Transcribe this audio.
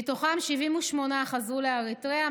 מתוכם 78 חזרו לאריתריאה,